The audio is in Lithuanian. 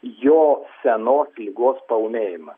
jo senos ligos paūmėjimą